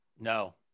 No